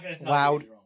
loud